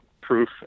proof